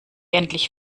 endlich